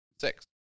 six